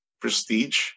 prestige